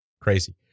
Crazy